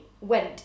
went